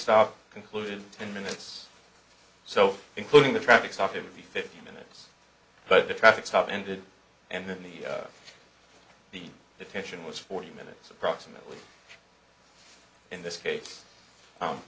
stop concluded ten minutes or so including the traffic stop in the fifteen minutes but the traffic stop ended and then the the detention was forty minutes approximately in this case